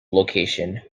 location